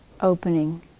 opening